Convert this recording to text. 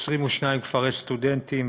22 כפרי סטודנטים,